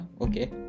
okay